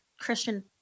Christian